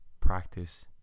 practice